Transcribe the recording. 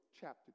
chapter